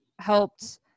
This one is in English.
helped